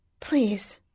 please